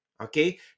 okay